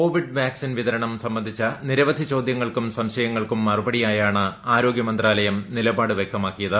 Covid vaccine വിതർണം സംബന്ധിച്ച നിരവധി ചോദ്യങ്ങൾ ക്കും സംശയങ്ങൾക്കും മുറുപടിയായാണ് ആരോഗൃമന്ത്രാലയം നിലപാട് വ്യക്തമാക്കിയത്